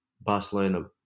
Barcelona